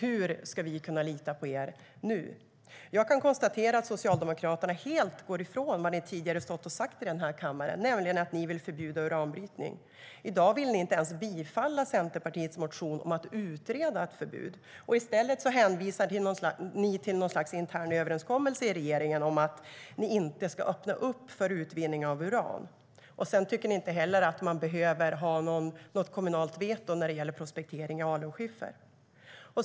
Hur ska vi kunna lita på er nu? Jag kan konstatera att Socialdemokraterna helt går ifrån det som ni tidigare har sagt här i kammaren, nämligen att ni vill förbjuda uranbrytning. I dag vill ni inte ens bifalla Centerpartiets motion om att utreda ett förbud. I stället hänvisar ni till något slags intern överenskommelse i regeringen om att ni inte ska öppna upp för utvinning av uran. Sedan tycker ni inte heller att det behövs något kommunalt veto när det gäller prospektering av alunskiffer.